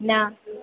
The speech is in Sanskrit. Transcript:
न